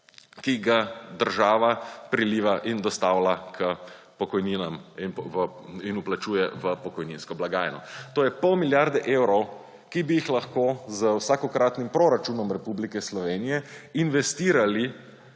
ki ga država priliva in dostavlja k pokojninam in vplačuje v pokojninsko blagajno. To je pol milijarde evrov, ki bi jih lahko z vsakokratnim proračunom Republike Slovenije investirali